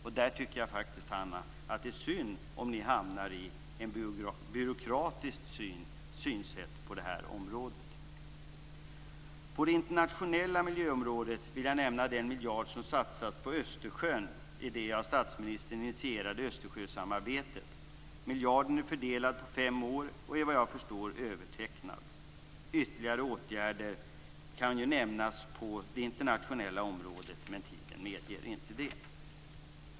Jag tycker att det är synd om ni hamnar i ett byråkratiskt synsätt på detta område, Hanna Zetterberg. På det internationella miljöområdet vill jag nämna den miljard som satsas på Östersjön i det av statsministern initierade Östersjösamarbetet. Miljarden är fördelad på fem år, och den är såvitt jag förstår övertecknad. Ytterligare åtgärder kan nämnas på det internationella området, men tiden medger det inte.